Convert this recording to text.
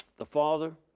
the father,